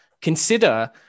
consider